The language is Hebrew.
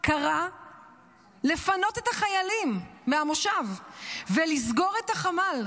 קרא לפנות את החיילים מהמושב ולסגור את החמ"ל,